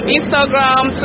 Instagram